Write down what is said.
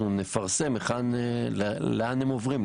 אנחנו נפרסם לאן הם עוברים,